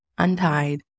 Untied